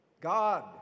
God